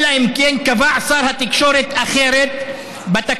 אלא אם כן קבע שר התקשורת אחרת בתקנות,